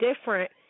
different